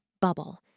Bubble